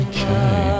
Okay